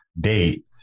date